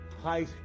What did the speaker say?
high